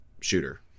shooter